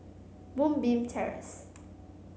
Moonbeam Terrace